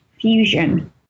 fusion